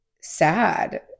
sad